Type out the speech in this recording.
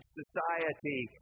society